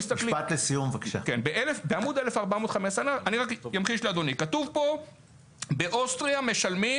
בעמוד 1415 כתוב שבאוסטריה משלמים